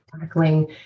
tackling